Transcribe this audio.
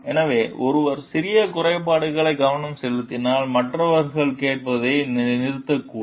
எனவே ஒருவர் சிறிய குறைபாடுகளுக்கு கவனம் செலுத்தினால் மற்றவர்கள் கேட்பதை நிறுத்தக்கூடும்